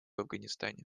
афганистане